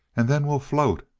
and then we'll float.